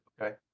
okay